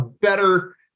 better